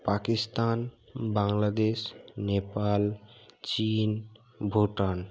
পাকিস্তান বাংলাদেশ নেপাল চীন ভুটান